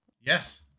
Yes